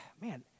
man